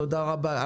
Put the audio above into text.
תודה רבה,